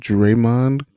Draymond